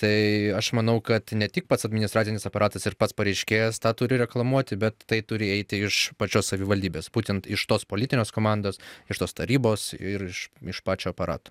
tai aš manau kad ne tik pats administracinis aparatas ir pats pareiškėjas tą turi reklamuoti bet tai turi eiti iš pačios savivaldybės būtent iš tos politinės komandos iš tos tarybos ir iš iš pačio aparato